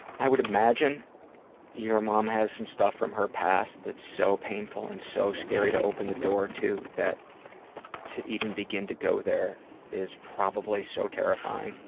i would imagine your mom has some stuff from her past that's so painful and so scary to open the door to that to even begin to go there is probably so terrifying.